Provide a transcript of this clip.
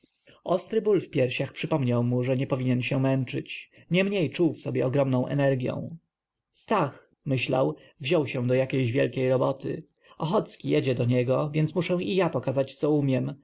ostry ból w piersiach przypomniał mu że nie powinien się męczyć niemniej czuł w sobie ogromną energią stach myślał wziął się do jakiejś wielkiej roboty ochocki jedzie do niego więc muszę i ja pokazać co umiem